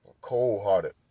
cold-hearted